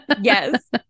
Yes